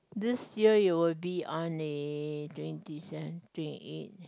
this year it will be on a twenty seven twenty eight